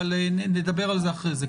אבל נדבר על זה אחרי כן.